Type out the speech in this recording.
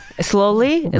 slowly